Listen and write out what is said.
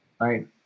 right